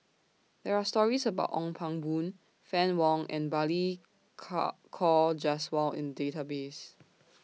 There Are stories about Ong Pang Boon Fann Wong and Balli Car Kaur Jaswal in Database